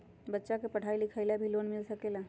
बच्चा के पढ़ाई लिखाई ला भी लोन मिल सकेला?